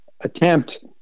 attempt